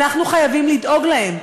אנחנו חייבים לדאוג להם,